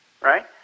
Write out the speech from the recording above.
right